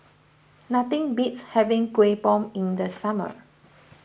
nothing beats having Kuih Bom in the summer